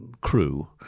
crew